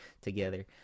together